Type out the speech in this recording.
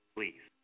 Please